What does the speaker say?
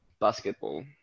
Basketball